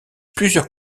plusieurs